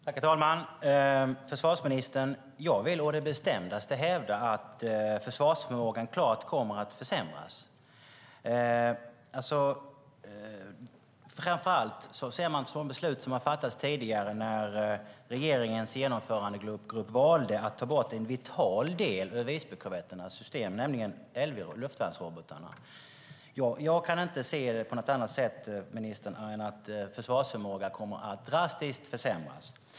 Herr talman! Försvarsministern! Jag vill å det bestämdaste hävda att försvarsförmågan klart kommer att försämras. Framför allt gäller det beslut som har fattats tidigare, som när regeringens genomförandegrupp valde att ta bort en vital del ur Visbykorvetternas system, nämligen luftvärnsrobotarna. Jag kan inte se det på något annat sätt, ministern, än att försvarsförmågan kommer att försämras drastiskt.